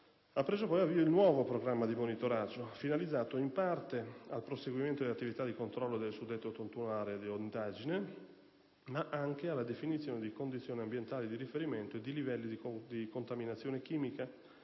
ha preso avvio il nuovo programma di monitoraggio, finalizzato in parte al proseguimento delle attività di controllo nelle suddette 81 aree di indagine, ma anche alla definizione di condizioni ambientali di riferimento e di livelli di contaminazione chimica